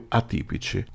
atipici